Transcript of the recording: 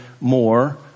more